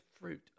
fruit